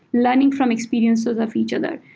learning from experiences of each other.